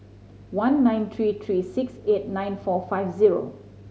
one nine three three six eight nine four five zero